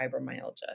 fibromyalgia